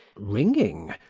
ringing,